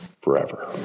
forever